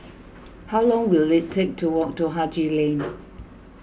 how long will it take to walk to Haji Lane